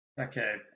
okay